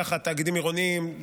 כך תאגידים עירוניים,